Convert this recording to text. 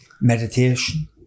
meditation